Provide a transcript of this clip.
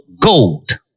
gold